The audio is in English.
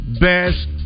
best